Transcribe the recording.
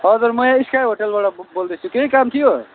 हजुर म यहाँ स्काई होटेलबाट बो बोल्दैछु केही काम थियो